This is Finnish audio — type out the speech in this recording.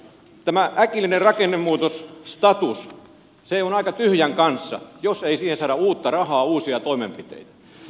tämä äkillinen rakennemuutosstatus on aika tyhjän kanssa jos ei siihen saada uutta rahaa uusia toimenpiteitä